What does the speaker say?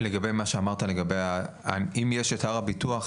לגבי מה שאמרת אם יש אתר הביטוח,